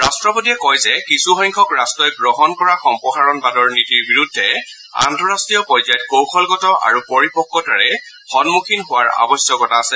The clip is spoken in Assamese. ৰট্টপতিয়ে কয় যে কিছুসংখ্যক ৰট্টই গ্ৰহণ কৰা সম্প্ৰসাৰণবাদৰ নীতিৰ বিৰুদ্ধে আন্তঃৰাষ্ট্ৰীয় পৰ্যায়ত কৌশলগত আৰু পৰিপক্ততাৰে সন্মুখীন হোৱাৰ আৱশ্যকতা আছে